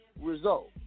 result